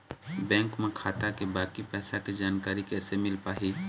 Bank म खाता के बाकी पैसा के जानकारी कैसे मिल पाही?